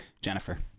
Jennifer